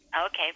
Okay